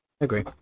Agree